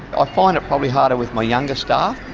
ah find it probably harder with my younger staff,